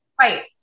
Right